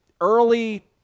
early